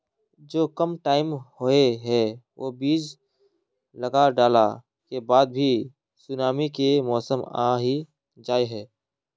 जो कम टाइम होये है वो बीज लगा डाला के बाद भी सुनामी के मौसम आ ही जाय है?